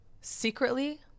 secretly